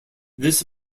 this